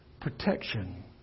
Protection